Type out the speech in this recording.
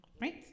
right